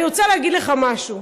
אני רוצה להגיד לך משהו: